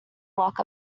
walk